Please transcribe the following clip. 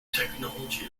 technology